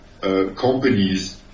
companies